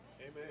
Amen